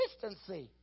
consistency